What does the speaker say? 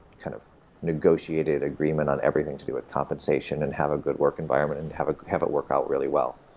kind of negotiated agreement on everything to do with compensation and have a good work environment and have have it work out really well.